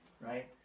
right